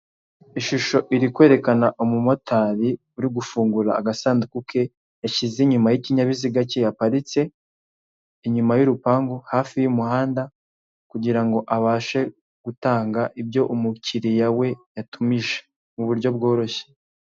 Ishusho iri kwerekana umumotari urigufungura agasanduku ke yashyize inyuma y'inyabiziga ke yaparitse inyuma y'urupangu hafi y'umuhanda kugira ngo abashe gutanga ibyo umukiriya we yatumije mu buryo bworoshye.